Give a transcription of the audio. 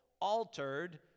altered